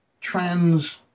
trans